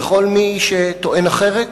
וכל מי שטוען אחרת,